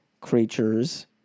creatures